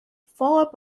followed